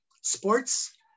sports